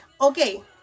okay